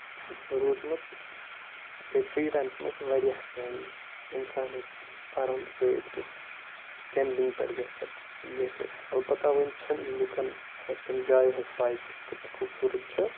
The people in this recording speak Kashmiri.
روٗزمٕژ بیٚیہِ فری ٹایمَس منٛز چھِ واریاہ کٔمۍ اِنسان ہٮ۪کہِ آرام سۭتۍ تتہِ کیمپِنگ پٮ۪ٹھ گٔژھِتھ یہِ گٔژھتھ اَلبتہ وُنہِ چھنہٕ لوٗکن تِم جاے ہنٛز پاے کہِ سۄ کۭژاہ خوٗبصوٗرت چھِ